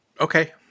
Okay